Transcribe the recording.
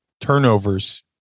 turnovers